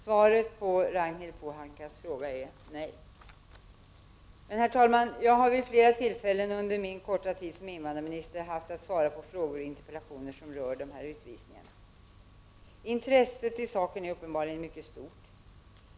Svaret på Ragnhild Pohankas fråga är nej. Herr talman! Jag har vid ett flertal tillfällen under min korta tid som invandrarminister haft att svara på frågor och interpellationer som rör dessa utvisningar. Intresset för saken är uppenbarligen mycket stort.